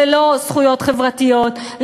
ללא זכויות חברתיות,